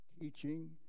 teaching